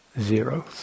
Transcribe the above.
zero